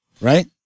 Right